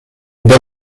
the